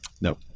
no